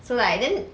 so like then